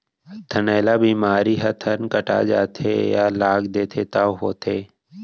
थनैला बेमारी ह थन कटा जाथे या लाग देथे तौ होथे